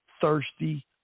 thirsty